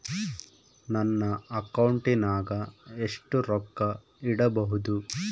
ನನ್ನ ಅಕೌಂಟಿನಾಗ ಎಷ್ಟು ರೊಕ್ಕ ಇಡಬಹುದು?